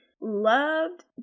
loved